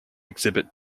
exhibit